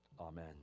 Amen